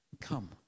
Come